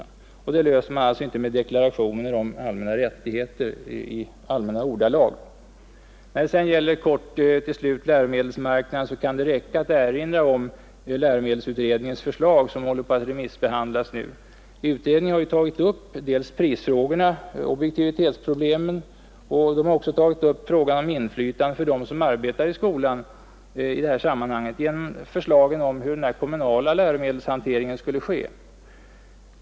Det problemet löser man inte med deklarationer i allmänna ordalag. I vad gäller läromedelsmarknaden vill jag till slut helt kort erinra om läromedelsutredningens förslag, som håller på att remissbehandlas. Utredningen har tagit upp dels prisfrågor och objektivitetsproblem, dels frågan om inflytande i detta sammanhang för dem som arbetar i skolan genom förslagen om hur den kommunala läromedelshanteringen skulle ske.